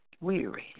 weary